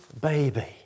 baby